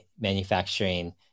manufacturing